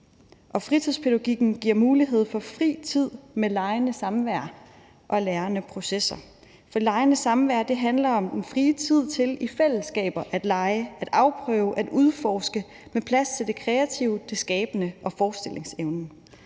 Fritidspædagogikken giver mulighed for fri tid med legende samvær og lærerige processer. For legende samvær handler om den frie tid til i fællesskaber at lege, at afprøve, at udforske med plads til det kreative, det skabende og forestillingsevnen.